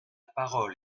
parole